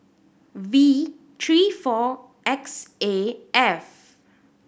V three four X A F